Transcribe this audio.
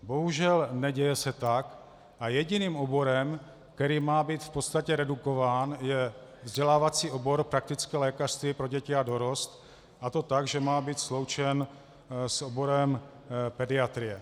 Bohužel, neděje se tak a jediným oborem, který má být v podstatě redukován, je vzdělávací obor praktické lékařství pro děti a dorost, a to tak, že má být sloučen s oborem pediatrie.